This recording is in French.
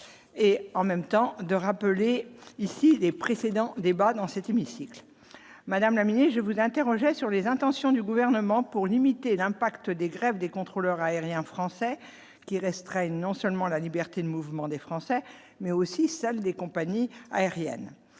et en même temps de rappeler ici les précédents débats dans cet hémicycle, madame, je vous interroger sur les intentions du gouvernement pour limiter l'impact des grèves des contrôleurs aériens français qui restreignent non seulement la liberté de mouvement des Français mais aussi celles des compagnies aériennes,